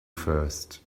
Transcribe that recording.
first